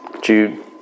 Jude